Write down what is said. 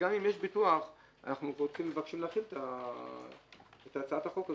גם אם יש ביטוח אנחנו מבקשים להחיל את הצעת החוק הזו.